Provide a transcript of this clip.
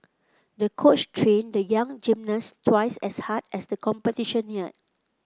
the coach trained the young gymnast twice as hard as the competition neared